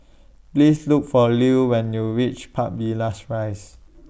Please Look For Lew when YOU REACH Park Villas Rise